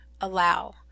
allow